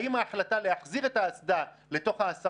האם ההחלטה להחזיר את האסדה לתוך ה-10